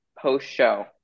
post-show